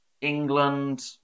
England